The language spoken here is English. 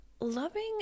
loving